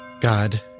God